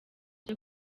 byo